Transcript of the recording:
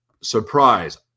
Surprise